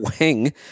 wing